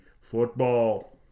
Football